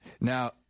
Now